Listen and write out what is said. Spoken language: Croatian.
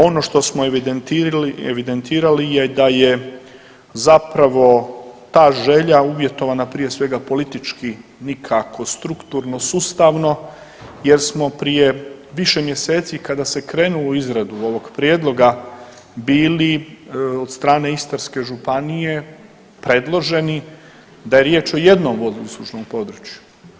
Ono što smo evidentirali je da je zapravo ta želja uvjetovana prije svega politički nikako strukturno, sustavno jer smo prije više mjeseci kada se krenulo u izradu ovog prijedloga bili od strane Istarske županije predloženi da je riječ o jednom vodnouslužnom području.